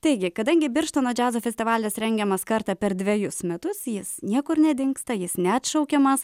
taigi kadangi birštono džiazo festivalis rengiamas kartą per dvejus metus jis niekur nedingsta jis neatšaukiamas